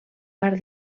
part